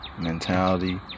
mentality